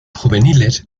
juveniles